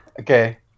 okay